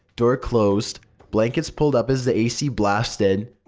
door closed, blankets pulled up as the ac blasted,